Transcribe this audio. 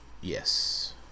yes